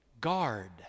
guard